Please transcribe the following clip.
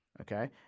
Okay